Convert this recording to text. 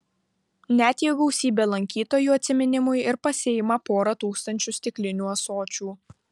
net jei gausybė lankytojų atminimui ir pasiima porą tūkstančių stiklinių ąsočių